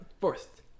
fourth